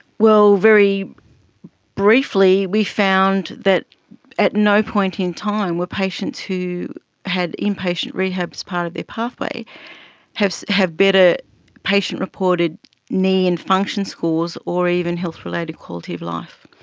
well, very briefly we found that at no point in time were patients who had inpatient rehab as part of their pathway have have better patient-reported knee and function scores or even health-related quality of life.